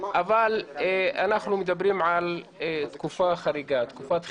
אנחנו מדברים על תקופה חריגה, על תקופת חירום.